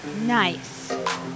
Nice